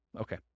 Okay